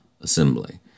assembly